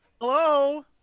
hello